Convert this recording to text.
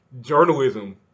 journalism